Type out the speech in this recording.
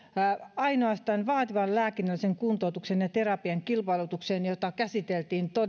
ainoastaan vaativan lääkinnällisen kuntoutuksen ja terapian kilpailutukseen jota käsiteltiin todella